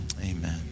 amen